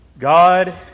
God